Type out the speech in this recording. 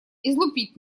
излупить